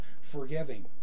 forgiving